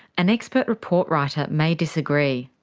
an expert report writer may disagree.